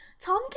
Tom